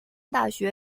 大学